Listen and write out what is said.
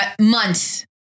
months